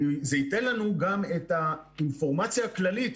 זה ייתן לנו גם את האינפורמציה הכללית,